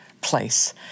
place